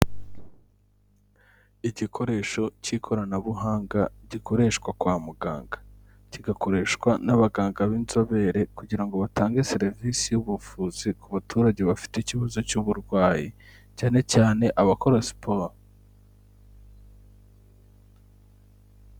Igikoresho cy'ikoranabuhanga gikoreshwa kwa muganga, kigakoreshwa n'abaganga b'inzobere kugira ngo batange serivisi y'ubuvuzi ku baturage bafite ikibazo cy'uburwayi, cyane cyane abakora siporo.